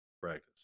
practice